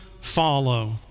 follow